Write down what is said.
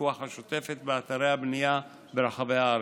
הפיקוח השוטפת באתרי הבנייה ברחבי הארץ.